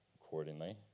accordingly